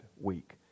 week